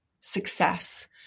success